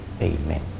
Amen